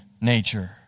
nature